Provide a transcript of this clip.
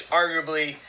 arguably